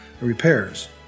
repairs